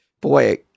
boy